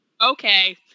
Okay